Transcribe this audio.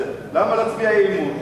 אז למה להצביע אי-אמון?